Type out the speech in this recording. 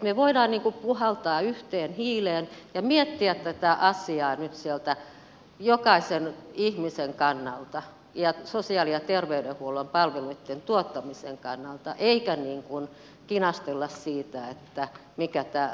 me voimme puhaltaa yhteen hiileen ja miettiä tätä asiaa nyt jokaisen ihmisen kannalta ja sosiaali ja terveydenhuollon palveluitten tuottamisen kannalta eikä kinastella siitä mikä tämä rakenne on